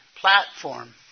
platform